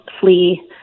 flee